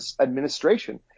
administration